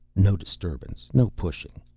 no disturbance. no pushing.